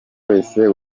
wese